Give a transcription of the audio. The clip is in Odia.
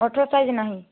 ଅଠର ସାଇଜ୍ ନାହିଁ